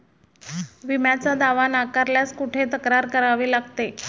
विम्याचा दावा नाकारल्यास कुठे तक्रार करावी लागते?